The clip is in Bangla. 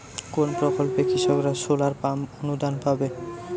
কোন প্রকল্পে কৃষকরা সোলার পাম্প অনুদান পাবে?